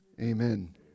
amen